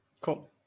cool